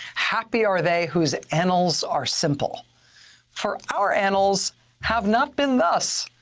happy are they whose annals are simple for our annals have not been thus,